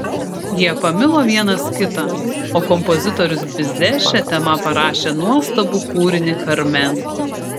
jie pamilo vienas kitą o kompozitorius bize šia tema parašė nuostabų kūrinį karmen